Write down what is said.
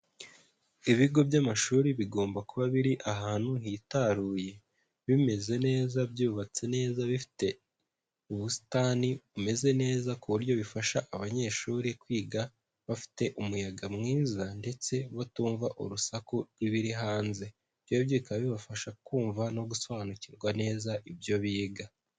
Ibigo by'amashuri bigomba kuba biri ahantu hitaruye, bimeze neza, byubatse neza, bifite ubusitani bumeze neza, ku buryo bifasha abanyeshuri kwiga bafite umuyaga mwiza, ndetse batumva urusaku rw'ibiri hanze. Ibyo ngibyo bikaba bibafasha kumva no gusobanukirwa neza ibyo biga.